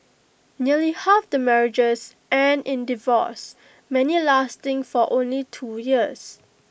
nearly half the marriages end in divorce many lasting for only two years